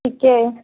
ঠিকেই